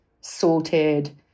sorted